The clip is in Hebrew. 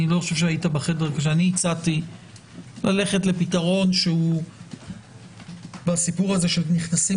לא חושב שהיית בחדר כשאני הצעתי ללכת לפתרון שהוא בסיפור של נכנסים